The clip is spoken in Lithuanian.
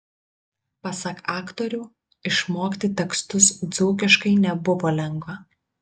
pasak aktorių išmokti tekstus dzūkiškai nebuvo lengva